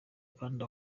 kandi